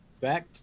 Back